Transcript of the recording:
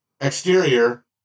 exterior